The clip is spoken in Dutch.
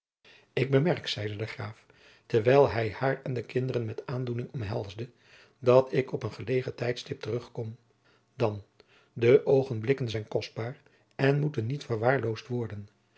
ik bemerk zeide de graaf terwijl hij haar en de kinderen met aandoening omhelsde dat ik op een gelegen tijdstip terugkom dan de oogen blikken zijn kostbaar en moeten niet verwaarloosd worden